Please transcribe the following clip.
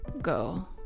go